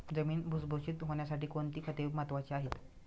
जमीन भुसभुशीत होण्यासाठी कोणती खते महत्वाची आहेत?